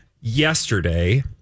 yesterday